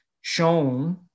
shown